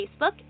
Facebook